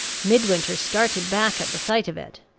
midwinter started back at the sight of it,